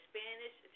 Spanish